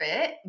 fit